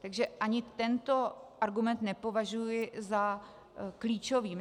Takže ani tento argument nepovažuji za klíčový.